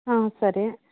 ಹ್ಞೂ ಸರಿ